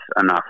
enough